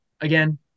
again